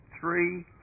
three